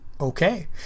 okay